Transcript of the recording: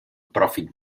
profit